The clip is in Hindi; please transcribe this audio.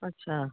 अच्छा